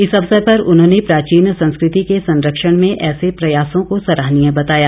इस अवसर पर उन्होंने प्राचीन संस्कृति के संरक्षण में ऐसे प्रयासों को सराहनीय बताया